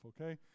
Okay